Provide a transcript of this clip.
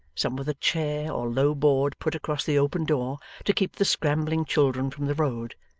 some with a chair or low board put across the open door to keep the scrambling children from the road,